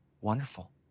wonderful